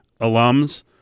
alums